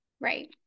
Right